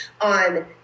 on